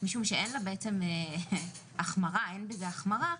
משום שאין בזה החמרה,